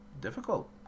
difficult